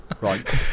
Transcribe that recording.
right